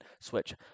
switch